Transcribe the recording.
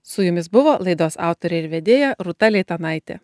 su jumis buvo laidos autorė ir vedėja rūta leitanaitė